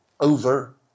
over